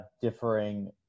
differing